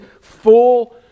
full